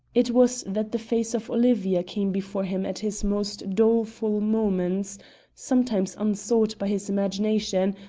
it was that the face of olivia came before him at his most doleful moments sometimes unsought by his imagination,